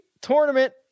tournament